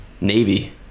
navy